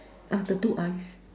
ah the two eyes